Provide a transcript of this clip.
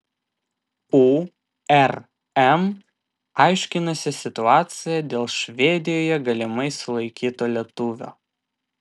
urm aiškinasi situaciją dėl švedijoje galimai sulaikyto lietuvio